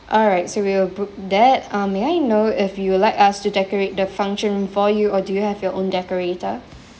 alright so we'll book that uh may I know if you would like us to decorate the function for you or do you have your own decorator